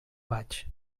vaig